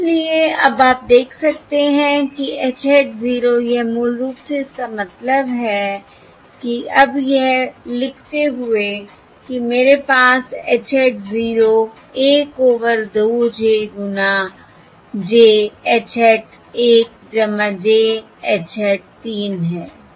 और इसलिए अब आप देख सकते हैं कि h हैट 0 यह मूल रूप से इसका मतलब है कि अब यह लिखते हुए कि मेरे पास h हैट 0 1 ओवर 2 j गुना j H hat 1 j H hat 3 है